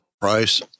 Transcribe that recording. price